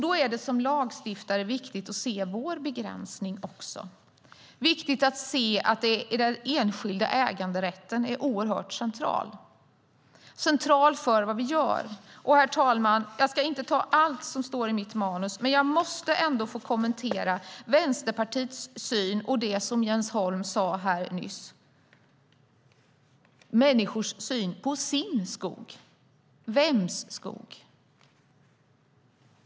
För oss som lagstiftare är det också viktigt att se vår begränsning. Det är viktigt att se att den enskilda äganderätten är oerhört central. Herr talman! Jag ska inte ta upp allt som står i mitt manus, men jag måste ändå få kommentera Vänsterpartiet syn på detta och det som Jens Holm sade här nyss. Det gäller människors syn på sin skog. Vems skog?